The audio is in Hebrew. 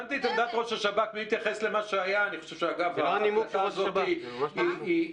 --- הבנתי את עמדת ראש השב"כ בהתייחס למה שהיה --- היא חמורה,